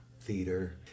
theater